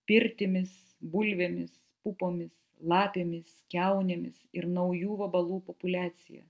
pirtimis bulvėmis pupomis lapėmis kiaunėmis ir naujų vabalų populiacija